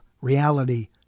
reality